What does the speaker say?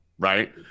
Right